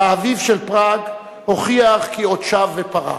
"האביב של פראג" הוכיח כי עוד שב ופרח.